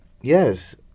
Yes